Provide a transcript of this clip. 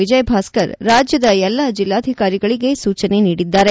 ವಿಜಯಭಾಸ್ಕರ್ ರಾಜ್ಯದ ಎಲ್ಲ ಜಿಲ್ಲಾಧಿಕಾರಿಗಳಿಗೆ ಸೂಚನೆ ನೀಡಿದ್ದಾರೆ